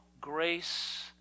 grace